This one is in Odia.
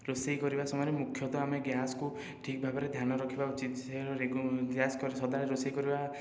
ରୋଷେଇ କରିବା ସମୟରେ ମୁଖ୍ୟତଃ ଆମେ ଗ୍ୟାସକୁ ଠିକ ଭାବରେ ଧ୍ୟାନ ରଖିବା ଉଚିତ ଗ୍ୟାସ କରି ସଦାବେଳେ ରୋଷେଇ କରିବା